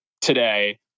today